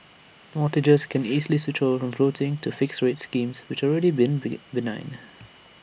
mortgagors can easily switch over from floating to fixed rate schemes which already been begin benign